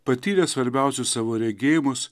patyrė svarbiausius savo regėjimus